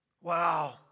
Wow